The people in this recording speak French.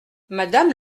madame